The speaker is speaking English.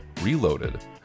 Reloaded